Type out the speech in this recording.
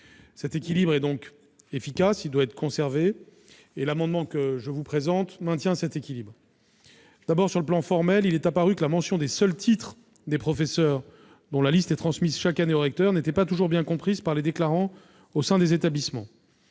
Cet équilibre est efficace, il doit être conservé ; l'amendement que je vous présente le maintient. Sur le plan formel, il est apparu que la mention des seuls titres des professeurs, dont la liste est transmise chaque année au recteur, n'était pas toujours bien comprise par les déclarants au sein des établissements.